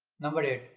number eight,